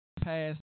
pass